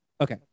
Okay